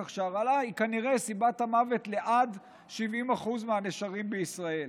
כך שהרעלה היא כנראה סיבת המוות עד ל-70% מהנשרים בישראל.